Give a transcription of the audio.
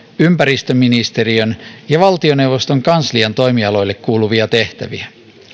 ympäristöministeriön ja valtioneuvoston kanslian toimialoille kuuluvia tehtäviä